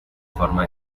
forma